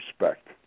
respect